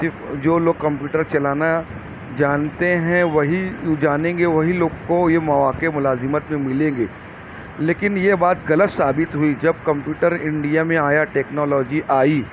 جو لوگ کمپیوٹر چلانا جانتے ہیں وہی جانیں گے وہی لوگ کو یہ مواقعے ملازمت کے ملیں گے لیکن یہ بات غلط ثابت ہوئی جب کمپیوٹر انڈیا میں آیا ٹیکنالوجی آئی